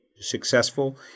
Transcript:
successful